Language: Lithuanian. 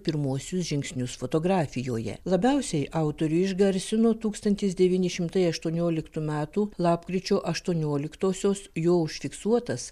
pirmuosius žingsnius fotografijoje labiausiai autorių išgarsino tūkstantis devyni šimtai aštuonioliktų metų lapkričio aštuonioliktosios jo užfiksuotas